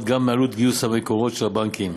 גם מעלות גיוס המקורות של הבנקים.